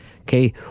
okay